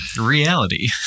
reality